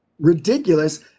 ridiculous